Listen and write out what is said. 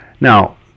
Now